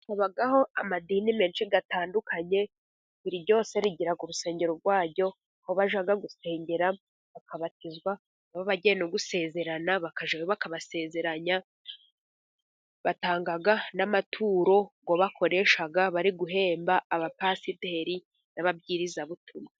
Habaho amadini menshi atandukanye, buri ryose rigira ku rusengero rwaryo, aho bajya gusengera, bakabatizwa, bajya gusezerana bakajyayo bakabasezeranya, bagatanga n'amaturo ngo bakoresha bari guhemba abapasiteri n'ababwirizabutumwa.